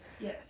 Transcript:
yes